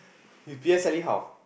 you P_S_L_E how